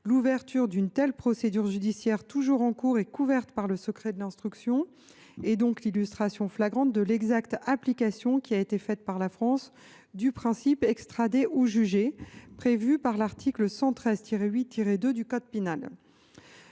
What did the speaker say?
L’ouverture d’une telle procédure judiciaire, toujours en cours et couverte par le secret de l’instruction, est l’illustration flagrante de l’exacte application qui a été faite par la France du principe « extrader ou juger », prévu par l’article 113 8 2 du code pénal.